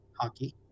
hockey